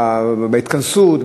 בהתכנסות,